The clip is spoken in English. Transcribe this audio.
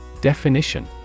Definition